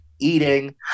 Eating